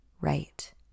right